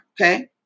okay